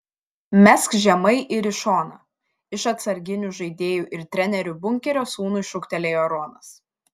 mesk žemai ir į šoną iš atsarginių žaidėjų ir trenerių bunkerio sūnui šūktelėjo ronas